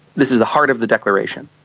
this is the heart of the declaration.